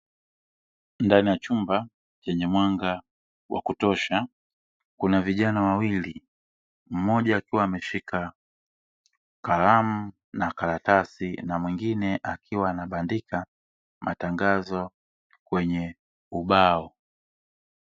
Ndani ya chumba chenye mwanga wa kutosha kuna vijana wawili mmoja akiwa ameshika kalamu na karatasi na mwingine akiwa anabandika matangazo kwenye ubao.